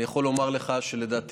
אני יכול לומר לך שלדעתי,